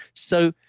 so,